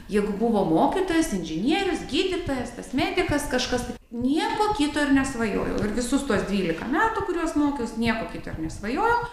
juk buvo mokytojas inžinierius gydytojas tas medikas kažkas tai nieko kito ir nesvajojau ir visus tuos dvylika metų kuriuos mokiaus nieko kito ir nesvajojau